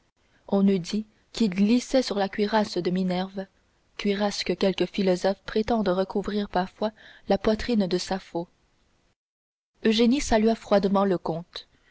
on eût dit qu'ils glissaient sur la cuirasse de minerve cuirasse que quelques philosophes prétendent recouvrir parfois la poitrine de sapho eugénie salua froidement le comte